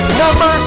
number